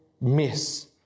miss